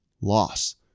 loss